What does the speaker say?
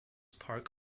park